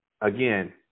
again